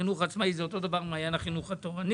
החינוך העצמאי זה אותו דבר במעיין החינוך התורני